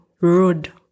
rude